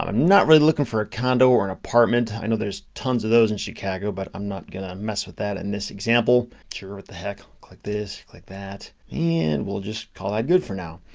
um not really looking for a condo or an apartment. i know there's tons of those in chicago, but i'm not gonna mess with that in this example. sure, what the heck. click this, click that, and we'll just call it good for now,